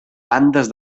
bandes